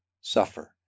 suffer